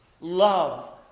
love